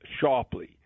sharply